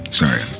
sorry